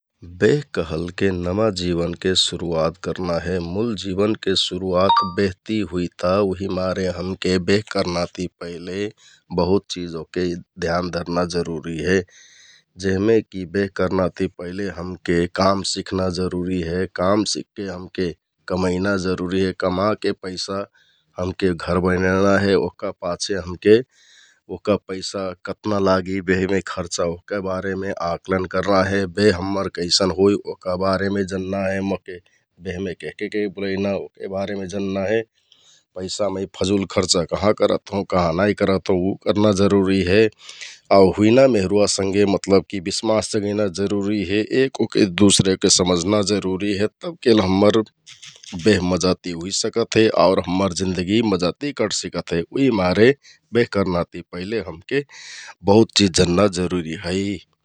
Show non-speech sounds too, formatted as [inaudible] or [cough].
बेह कहलके नमा जिवन जिवनके सुरुवात करना हे मुल जिवनके सुरुवात [noise] बेहति हुइता । उहिमारे हमके बेह करना ति पहिले बहुत चिज ओहके ध्यान धरना जरुरि हे जेहमे कि बेह करना ति पहिले हमके काम सिखना जरुरि हे । काम सिखके हमके कमैना जरुरि हे, कमाके पैसा हमके घर बनैना हे ओहका पाछे हमके ओहका पैसा कतना लागि बेहमे खर्चा ओहका बारेमे आँकलन करना हे । बेह हम्मर कैसन होइ ओहका बारेमे जन्ना है, बेहमे केहके केहके बुलैना है ओहका बारेमे जन्ना है, पैसा मै फजुल खर्चा कहाँ करत हौ, कहाँ नाइ करत हौ उ करना जरुरि हे । [noise] आउ हुइना बेहरुवा संघे जबकि बिश्मास जगैना जरुरि हे, एक ओहके दुसरे ओहके समझना जरुरि हे । तबकेल हम्मर बेह मजा ति होइ सकत हे आउर हम्मर जिन्दगी मजाति कचसिकत हे उहिमारे बेह करना ति पहिले हमके बहुत चिज जन्ना जरुरि है ।